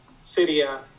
syria